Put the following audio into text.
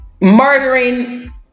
murdering